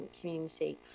community